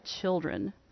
children